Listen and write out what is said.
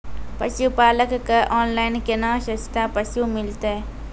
पशुपालक कऽ ऑनलाइन केना सस्ता पसु मिलतै?